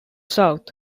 south